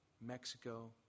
Mexico